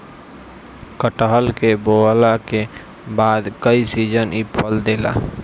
कटहल के बोअला के बाद कई सीजन इ फल देला